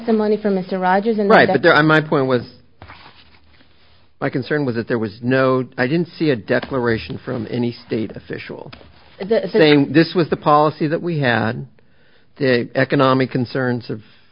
imony from mr rogers and right there on my point was my concern was that there was no i didn't see a declaration from any state official saying this was the policy that we had the economic concerns of